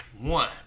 One